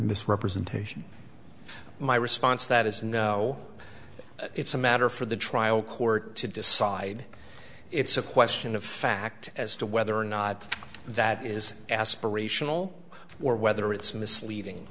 misrepresentation my response that is no it's a matter for the trial court to decide it's a question of fact as to whether or not that is aspirational or whether it's misleading